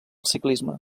ciclisme